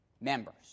members